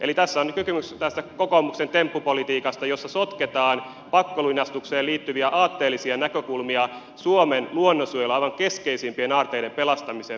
tässä on kysymys tästä kokoomuksen temppupolitiikasta jossa sotketaan pakkolunastukseen liittyviä aatteellisia näkökulmia suomen luonnonsuojelun aivan keskeisimpien aarteiden pelastamiseen